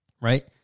Right